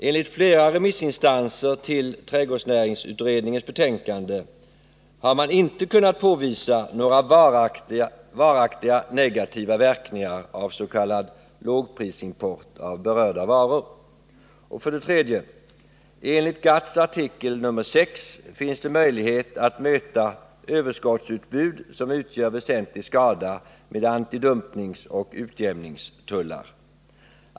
Enligt flera remissvar till trädgårdsnäringsutredningens betänkande har man inte kunnat påvisa några varaktiga negativa verkningar av s.k. lågprisimport av berörda varor. 3. Enligt GATT:s artikel VI finns det möjlighet att överta överskottsutbud som utgör väsentlig skada med antidumpingoch utjämningstullar.